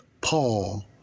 Paul